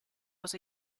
was